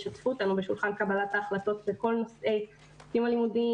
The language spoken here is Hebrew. ושתפו אותנו בשולחן קבלת ההחלטות בכל הנושאים הלימודים,